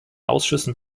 ausschüssen